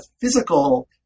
physical